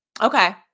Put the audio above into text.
Okay